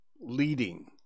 leading